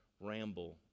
ramble